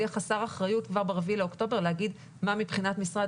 יהיה חסר אחריות כבר ב-4 באוקטובר לומר מה מבחינת משרד